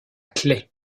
claix